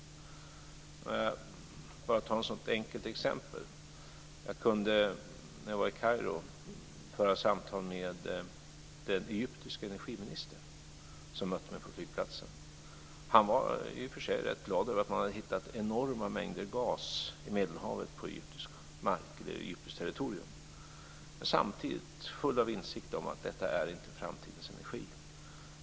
För att ta ett enkelt exempel: Jag kunde när jag var i Kairo föra samtal med den egyptiske energiministern som mötte mig på flygplatsen. Han var i och för sig rätt glad över att man hade hittat enorma mängder gas i Medelhavet på egyptiskt territorium. Men samtidigt var han full av insikt om att detta inte är framtidens energi.